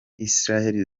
israheli